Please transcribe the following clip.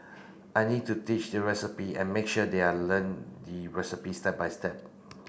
I need to teach the recipe and make sure they are learn the recipe step by step